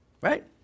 Right